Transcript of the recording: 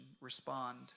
Respond